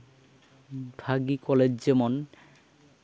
ᱵᱷᱟᱹᱜᱤ ᱠᱚᱞᱮᱡᱽ ᱡᱮᱢᱚᱱ